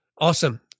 Awesome